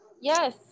Yes